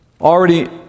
Already